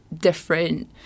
different